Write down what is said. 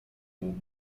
muł